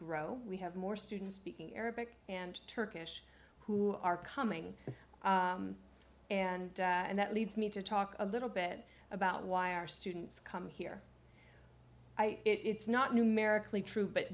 grow we have more students speaking arabic and turkish who are coming and that leads me to talk a little bit about why our students come here i it's not numerically true but